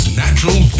natural